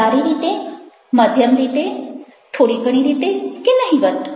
ખૂબ સારી રીતે મધ્યમ રીતે 'થોડી ઘણી રીતે કે નહિવત્